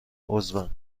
عضوم